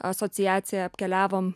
asociacija apkeliavom